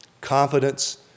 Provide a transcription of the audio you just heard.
Confidence